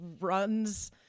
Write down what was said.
runs